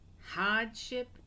hardship